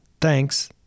Thanks